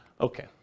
Okay